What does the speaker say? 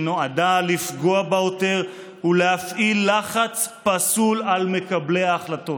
שנועדה לפגוע בעותר ולהפעיל לחץ פסול על מקבלי ההחלטות".